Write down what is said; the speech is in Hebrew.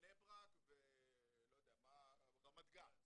בני ברק ורמת גן,